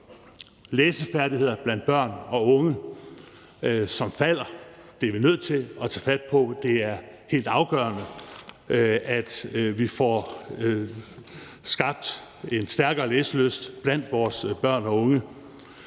læsefærdigheder blandt børn og unge, som falder. Det er vi nødt til at tage fat på. Det er helt afgørende, at vi får skabt en stærkere læselyst blandt vores børn og unge.